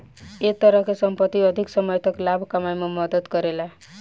ए तरह के संपत्ति अधिक समय तक लाभ कमाए में मदद करेला